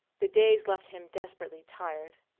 the days left him desperately tired.